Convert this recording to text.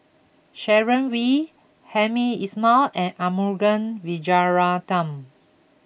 Sharon Wee Hamed Ismail and Arumugam Vijiaratnam